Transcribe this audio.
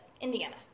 Indiana